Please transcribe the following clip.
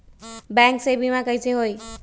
Bank से बिमा कईसे होई?